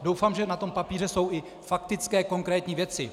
Doufám, že na tom papíře jsou i faktické konkrétní věci.